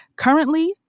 Currently